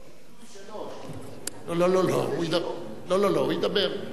לא לא לא, הוא ידבר.